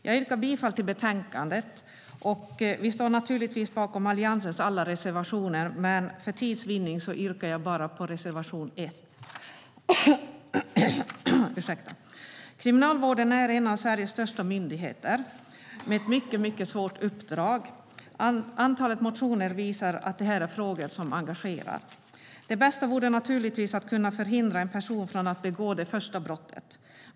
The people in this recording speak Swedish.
Vi står naturligtvis bakom Alliansens alla reservationer, men för tids vinnande yrkar jag bifall bara till reservation 1. I övrigt yrkar jag bifall till utskottets förslag i betänkandet. Kriminalvården är en av Sveriges största myndigheter, med ett mycket svårt uppdrag. Antalet motioner visar att det här är frågor som engagerar. Det bästa vore naturligtvis att kunna förhindra en person från att begå det första brottet.